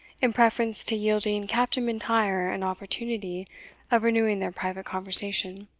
in preference to yielding captain m'intyre an opportunity of renewing their private conversation.